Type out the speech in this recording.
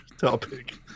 topic